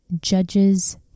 Judges